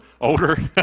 older